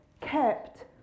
kept